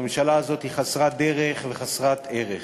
הממשלה הזאת היא חסרת דרך וחסרת ערך.